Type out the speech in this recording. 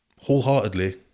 wholeheartedly